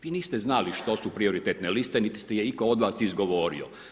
Vi niste znali što su prioritetne liste niti ih je nitko od vas izgovorio.